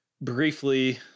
briefly